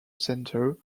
center